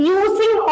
using